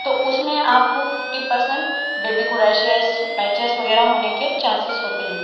تو اس میں آپ کو ففٹی پرسنٹ بیبی کو ریشز پیچز وغیرہ ہونے کے چانسز ہوتے ہیں